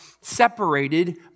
separated